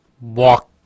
walk